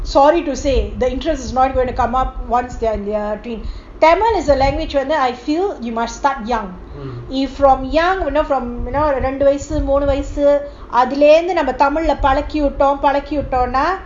sorry to say the interest is not going to come up once they are in their teens tamil is a langauge whether I feel you must start young ரெண்டுவயசுமூணுவயசுஅதுலஇருந்துநாமதமிழ்லபழக்கிவிட்டோம்பழக்கிவிட்டோம்னா:rendu vayasu moonu vayasu adhula irunthu nama tamilla palakivitom palakivitomna